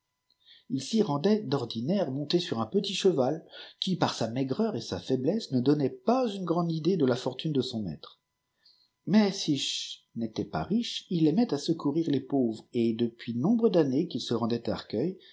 il s'y rendait d'ordinaire monté sur un petit cheval qui par sa maigreur et sa faiblesse ne donnait pas une grande idée de la fortune de son maître mais si ch n'était pas riche il aimait à secourir les pauvres et depuis nombre d'années qu'il se rendait